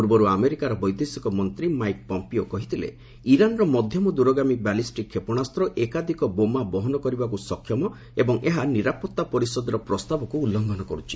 ପୂର୍ବରୁ ଆମେରିକାର ବୈଦେଶିକ ମନ୍ତ୍ରୀ ମାଇକ୍ ପମ୍ପିଓ କହିଥିଲେ ଇରାନ୍ ମଧ୍ୟମ ଦୂରଗାମୀ ବାଲିଷ୍ଟିକ୍ କ୍ଷେପଣାସ୍ତ ଏକାଧିକ ବୋମା ବହନ କରିବାକୁ ସକ୍ଷମ ଏବଂ ଏହା ନିରାପତ୍ତା ପରିଷଦର ପ୍ରସ୍ତାବକ୍ ଉଲ୍ଲଫନ କର୍ତ୍ଛି